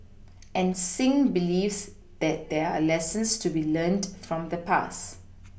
and Singh believes that there are lessons to be learnt from the past